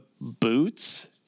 boots